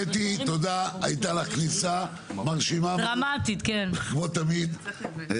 קטי תודה הייתה לך כניסה מרשימה כמו תמיד כן.